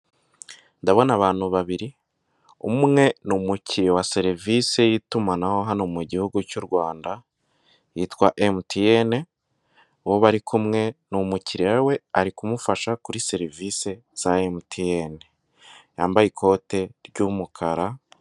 Ndabona abantu babiri, umwe ni umukiriya wa serivisi y'itumanaho hano mu gihugu cy'u Rwanda yitwa Emutiyene, uwo bari kumwe n'umukiriya we ari kumufasha kuri serivisi za Emutiyene yambaye ikote ry'umukara.